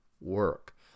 work